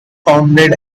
founded